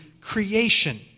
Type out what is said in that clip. creation